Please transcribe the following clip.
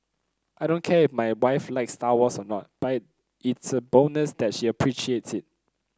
I don't care if my wife likes Star Wars or not but it's a bonus that she appreciates it